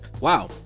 Wow